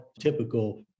typical